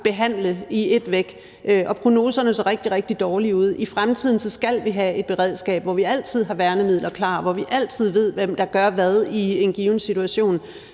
behandle i et væk, og prognoserne så rigtig, rigtig dårlige ud. I fremtiden skal vi have et beredskab, hvor vi altid har værnemidler klar, og hvor vi altid ved, hvem der gør hvad i en given situation,